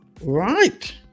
right